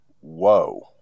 whoa